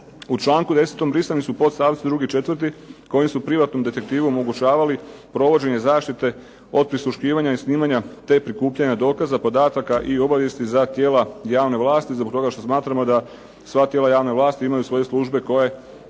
U članku 10. brisani su podstavci 2. i 4. koji su privatnom detektivu omogućavali provođenje zaštite od prisluškivanja i snimanja te prikupljanja dokaza podataka i obavijesti za tijela javne vlasti, zbog toga što smatramo da sva tijela javne vlasti imaju svoje službe koje